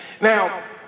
Now